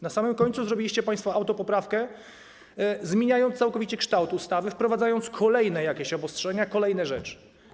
Na samym końcu zrobiliście państwo autopoprawkę, zmieniając całkowicie kształt ustawy, wprowadzając jakieś kolejne obostrzenia, kolejne rzeczy.